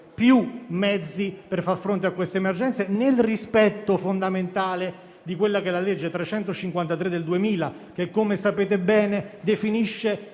più mezzi per far fronte a queste emergenze nel rispetto fondamentale della legge n. 353 del 2000, che come sapete bene definisce